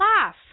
laugh